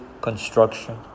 construction